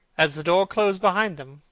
as the door closed behind them,